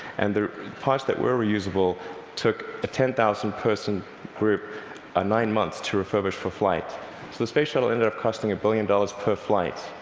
and the parts that were reusable took a ten thousand person group ah nine months to refurbish for flight. so the space shuttle ended up costing a billion dollars per flight.